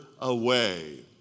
away